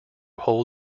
hold